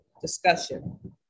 discussion